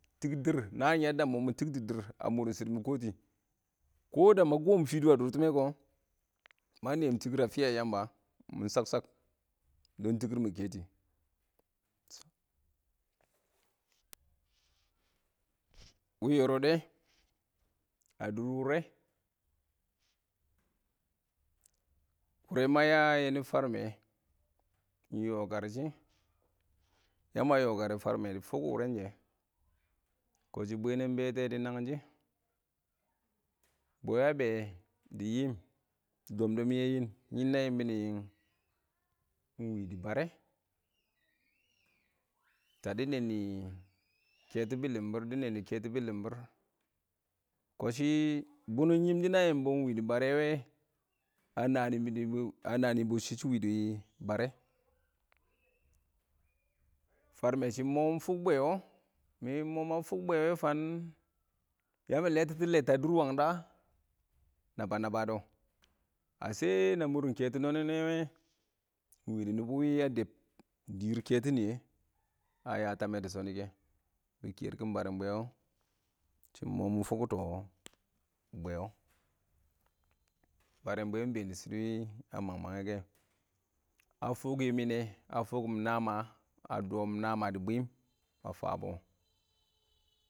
Tikdir naan yadda mʊ tikidir a mitikts kɪ kʊ da ma koom fidu a dʊr. Tɪmmɛ ma neem tɪkɪr a fan yamba mɪ shakshk a fɪya yamba kɛ dɔn tɪkɪr mɪ keti wɪɪn yorode a dʊr wɔrɛ mɪ fokte wurɛ ma ya farms iɪng yokar shɪ be ma yokarim farmɛ dɪ fok wuren shɛ kssw bwenr bete dɪ nacchi bwe a be dɪ yiim dɔm-dɔm yɛ yɪn yɪn na yɪmbɔ ingwi dɪ fare toddi nenni keto bɪ limbir keto bɪ limbir ksshi bunnum yimshi na yɪmbɔ iɪng wɪɪn dɪ bare wɛ a nanibu shɪ shɪ wɪɪn dɪ fare farmɛ shɪ ingms iɪng fork nwe mɪ mʊ fok bwe wɛ fang yama lettitin letts a dʊr wamgin da nabba nabba dɔ a shɛ na murɪn keto nonɪ nɛ wɛ iɪng wɪɪn dɪ yamba wɪɪn a deb diri keton nɪyɛ a yo tamɛ dɪ shonɪ kɛ bɪ kerkin baren bwe wo shɪn mʊ mɪ fokto bwe wo baren bwe wo ingbeen dɪ shɪdo ba mang mange kɛ a fokiye mɪne a dɔm naan ma dɪ bwɪm a fabs.